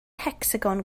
hecsagon